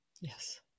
Yes